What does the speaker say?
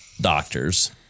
doctors